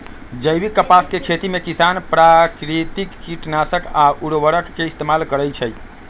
जैविक कपास के खेती में किसान प्राकिरतिक किटनाशक आ उरवरक के इस्तेमाल करई छई